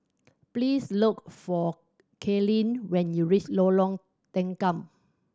please look for Kaylene when you reach Lorong Tanggam